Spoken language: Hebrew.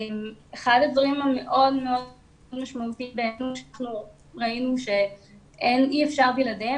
אחד הדברים המאוד מאוד משמעותיים שראינו שאי אפשר בלעדיו,